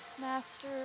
Master